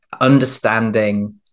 understanding